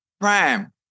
Prime